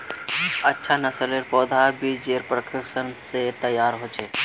अच्छा नासलेर पौधा बिजेर प्रशंस्करण से तैयार होचे